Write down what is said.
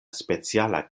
speciala